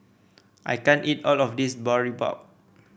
I can't eat all of this Boribap